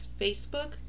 Facebook